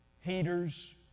heaters